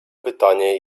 pytanie